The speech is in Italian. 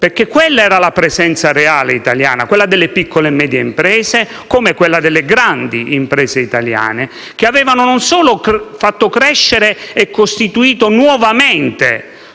perché quella era la reale presenza italiana, quella delle piccole e medie imprese, come delle grandi imprese italiane che, non solo avevano fatto crescere e costituito nuovamente